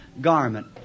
garment